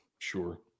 Sure